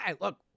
Look